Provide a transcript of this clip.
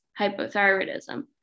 hypothyroidism